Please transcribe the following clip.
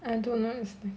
either one is good